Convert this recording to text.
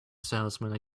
salesman